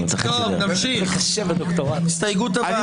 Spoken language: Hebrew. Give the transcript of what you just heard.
ההסתייגות נפלה.